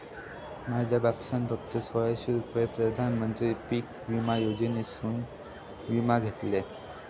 माझ्या बापसान फक्त सोळाशे रुपयात प्रधानमंत्री पीक विमा योजनेसून विमा घेतल्यान